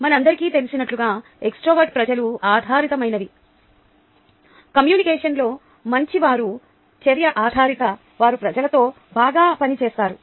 మనందరికీ తెలిసినట్లుగా ఎక్స్ట్రావర్ట్లు ప్రజలు ఆధారితమైనవి కమ్యూనికేషన్లో మంచివారు చర్య ఆధారిత వారు ప్రజలతో బాగా పనిచేస్తారు